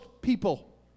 people